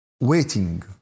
waiting